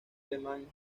alemán